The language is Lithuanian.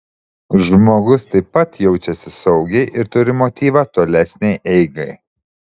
žmogus taip pat jaučiasi saugiai ir turi motyvą tolesnei eigai